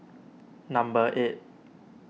number eight